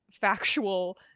factual